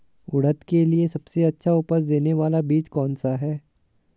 उड़द के लिए सबसे अच्छा उपज देने वाला बीज कौनसा है?